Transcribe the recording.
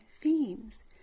themes